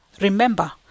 Remember